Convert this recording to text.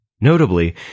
Notably